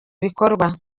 bikorwa